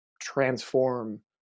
transform